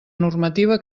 normativa